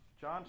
John